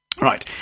right